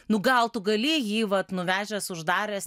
nu gal tu gali jį vat nuvežęs uždaręs